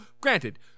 granted